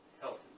health